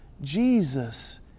Jesus